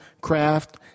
craft